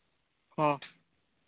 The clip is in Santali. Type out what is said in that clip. ᱦᱚᱸ